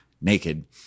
naked